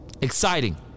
Exciting